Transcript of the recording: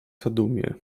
zadumie